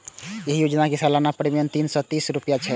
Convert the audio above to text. एहि योजनाक सालाना प्रीमियम तीन सय तीस रुपैया छै